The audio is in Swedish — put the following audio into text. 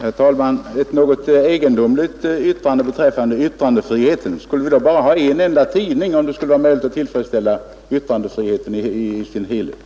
Herr talman! Detta var ett något egendomligt uttalande om yttrandefriheten. Skulle vi då bara ha en enda tidning, herr Svensson, om det skall vara möjligt att tillfredsställa kraven på yttrandefrihet?